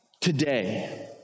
today